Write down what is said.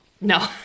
No